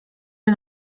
wir